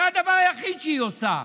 זה הדבר היחיד שהיא עושה.